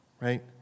Right